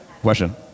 Question